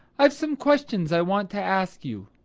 i've some questions i want to ask you.